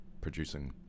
producing